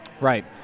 right